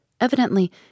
Evidently